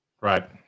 Right